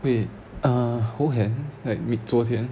wait uh how hard like meet 昨天